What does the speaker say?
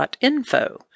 info